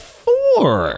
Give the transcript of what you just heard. four